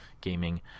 gaming